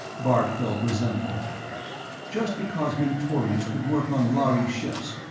bart felt resentful just because mentorians could work on lhari ships,